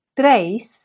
tres